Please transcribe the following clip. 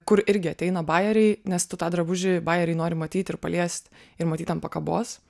kur irgi ateina bajeriai nes tu tą drabužį bajeriai nori matyt ir paliest ir matyt ant pakabos